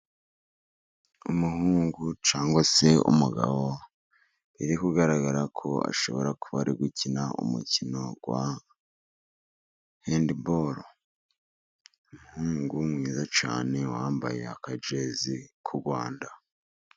Umuhungu cyangwa se umugabo biri kugaragara ko ashobora kuba ari gukina umukino wa hendi boru, umuhungu mwiza cyane wambaye akajezi ku Rwanda.